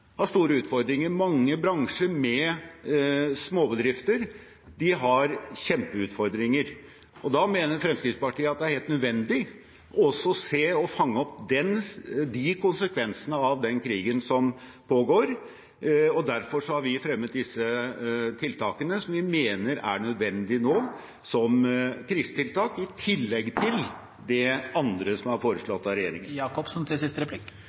har store utfordringer. Mange bransjer med småbedrifter har kjempeutfordringer. Da mener Fremskrittspartiet det er helt nødvendig også å se og fange opp de konsekvensene av den krigen som pågår, og derfor har vi fremmet disse tiltakene som vi mener er nødvendige nå som krisetiltak, i tillegg til det andre som er foreslått av regjeringen. En rask summering viser at de forslagene Fremskrittspartiet fremmer, beløper seg til